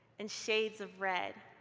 and shades of red.